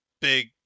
big